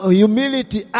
humility